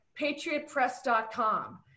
patriotpress.com